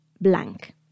blank